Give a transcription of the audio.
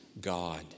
God